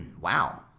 Wow